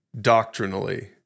doctrinally